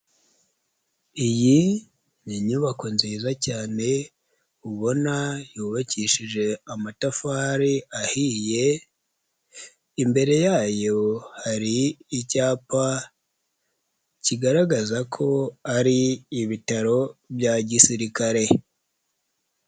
Iyi ni inyubako nziza cyane, ubona yubakishije amatafari ahiye, imbere yayo hari icyapa kigaragaza ko ari ibitaro bya gisirikare.